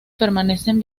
permanecen